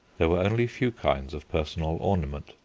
there were only few kinds of personal ornament.